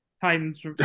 Titans